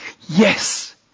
Yes